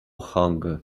hunger